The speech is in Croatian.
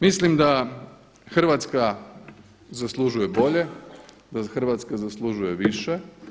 Mislim da Hrvatska zaslužuje bolje, da Hrvatska zaslužuje više.